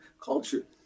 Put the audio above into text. culture